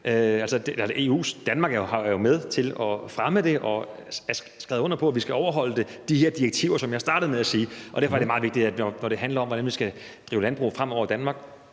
Danmark har jo været med til at fremme det og skrevet under på, at vi skal overholde de her direktiver, som jeg startede med at sige. Og derfor er det meget vigtigt, når det handler om, hvordan vi skal drive landbrug fremover i Danmark,